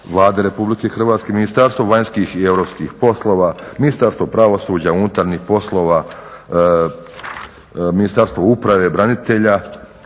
Vlade RH, Ministarstvo vanjskih i europskih poslova, Ministarstvo pravosuđa, unutarnjih poslova, Ministarstvo uprave, branitelja,